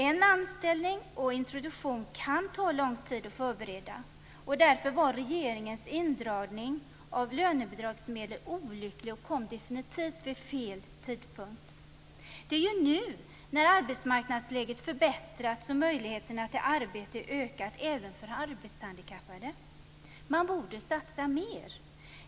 En anställning och introduktion kan ta lång tid att förbereda. Därför var regeringens indragning av lönebidragsmedel olycklig och kom definitivt vid fel tidpunkt. Det är ju nu när arbetsmarknadsläget förbättrats som möjligheterna till arbete ökat även för arbetshandikappade. Man borde satsa mer.